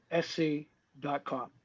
sc.com